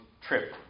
trip